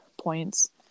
points